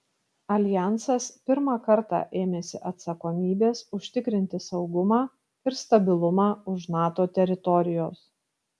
aljansas pirmą kartą ėmėsi atsakomybės užtikrinti saugumą ir stabilumą už nato teritorijos